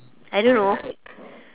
I don't know